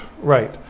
Right